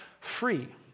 free